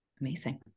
Amazing